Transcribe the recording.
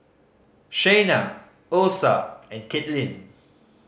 Shayna Osa and Kaitlyn